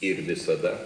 ir visada